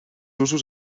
usos